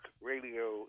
radio